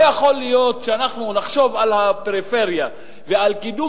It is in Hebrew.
לא יכול להיות שאנחנו נחשוב על הפריפריה ועל קידום